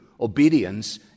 Obedience